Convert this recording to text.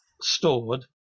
stored